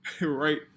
right